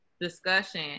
discussion